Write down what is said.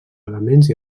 elements